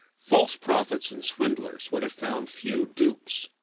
false prophets and swindlers would have found few dupes.